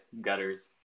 gutters